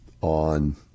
on